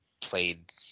played –